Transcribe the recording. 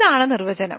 ഇതാണ് നിർവചനം